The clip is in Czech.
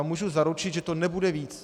Můžu vám zaručit, že to nebude víc.